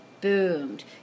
boomed